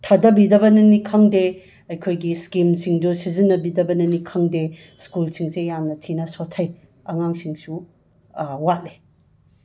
ꯊꯥꯗꯕꯤꯗꯕꯅꯅꯤ ꯈꯪꯗꯦ ꯑꯩꯈꯣꯏꯒꯤ ꯁ꯭ꯀꯤꯝꯁꯤꯡꯗꯣ ꯁꯤꯖꯤꯟꯅꯕꯤꯗꯕꯅꯅꯤ ꯈꯪꯗꯦ ꯁ꯭ꯀꯨꯜꯁꯤꯡꯁꯦ ꯌꯥꯝꯅ ꯊꯤꯅ ꯁꯣꯠꯊꯩ ꯑꯉꯥꯡꯁꯤꯡꯁꯨ ꯋꯥꯠꯂꯦ